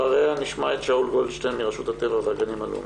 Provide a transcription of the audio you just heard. אחריה נשמע את שאול גולדשטיין מרשות הטבע והגנים הלאומיים.